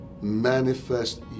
manifest